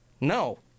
No